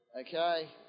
Okay